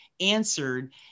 answered